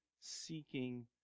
seeking